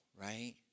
right